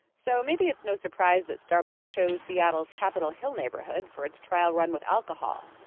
so maybe it's no surprise that starbucks chose seattle's capitol hill neighborhood for its trial run with alcohol.